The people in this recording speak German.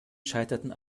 scheiterten